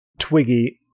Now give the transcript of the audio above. Twiggy